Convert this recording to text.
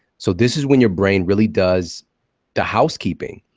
so this is when your brain really does the housekeeping.